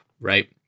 right